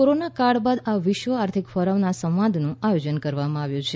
corona કાળ બાદ આ વિશ્વ આર્થિક ફોરમના સંવાદનું આયોજન કરવામાં આવ્યું છે